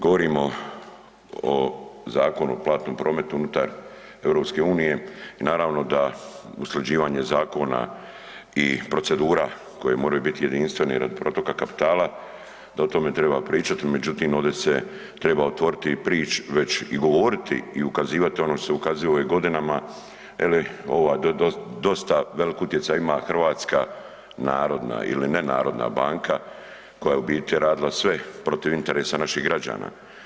Govorim o Zakonu o platnom prometu unutar EU i naravno da usklađivanje zakona i procedura koje moraju biti jedinstveni radi protoka kapitala, da o tome treba pričati, međutim ovdje se treba otvoriti i prić, već i govoriti i ukazivati ono što se ukazuje godinama jel dosta velik utjecaj ima Hrvatska narodna ili ne narodna banka koja je u biti radila sve protiv interesa naših građana.